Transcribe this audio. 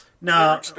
no